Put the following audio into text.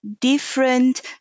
different